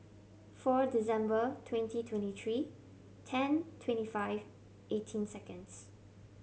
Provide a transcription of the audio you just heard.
four December twenty twenty three ten twenty five eighteen seconds